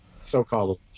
So-called